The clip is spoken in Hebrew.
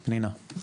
פנינה.